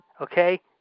Okay